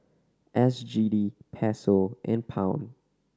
S G D Peso and Pound